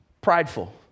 prideful